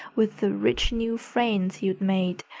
with the rich new friends you'd made.